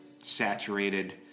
saturated